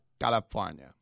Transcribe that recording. California